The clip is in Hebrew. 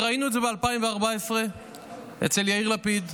ראינו את זה ב-2014 אצל יאיר לפיד,